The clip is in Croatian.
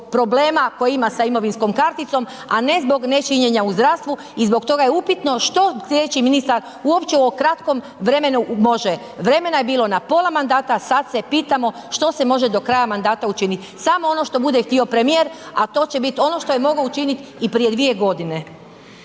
problema koje ima sa imovinskom karticom, a ne zbog nečinjenja u zdravstvu i zbog toga je upitno što slijedeći ministar uopće u ovom kratkom vremenu može, vremena je bilo na pola mandata, sad se pitamo što se može do kraja mandata učinit, samo ono što bude htio premijer, a to će bit ono što je mogao učinit i prije 2.g.